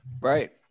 Right